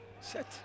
Set